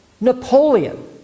Napoleon